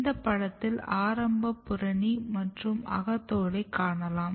இந்த படத்தில் ஆரம்ப புறணி மற்றும் அகத்தோலை காணலாம்